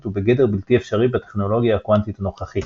הוא בגדר בלתי אפשרי בטכנולוגיה הקוונטית הנוכחית.